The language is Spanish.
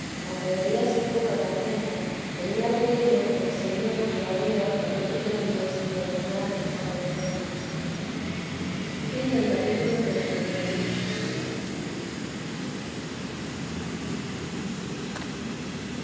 aunque veía ser poca la renta tenía creído el señor lo había por otros medios de ordenar y favorecernos capítulo